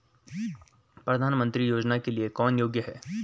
प्रधानमंत्री योजना के लिए कौन योग्य है?